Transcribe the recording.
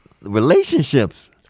relationships